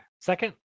second